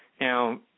Now